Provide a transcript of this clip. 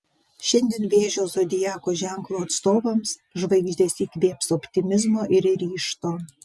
šiandien vėžio zodiako ženklo atstovams žvaigždės įkvėps optimizmo ir ryžto